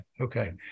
Okay